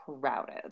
crowded